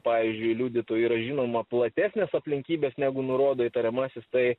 pavyzdžiui liudytojui yra žinoma platesnės aplinkybės negu nurodo įtariamasis tai